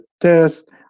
test